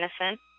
innocent